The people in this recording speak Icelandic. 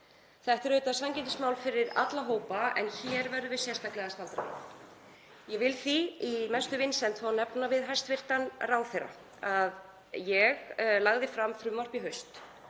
Þetta er sanngirnismál fyrir alla hópa en hér verðum við sérstaklega að staldra við. Ég vil því í mestu vinsemd fá að nefna við hæstv. ráðherra að ég lagði fram frumvarp í haust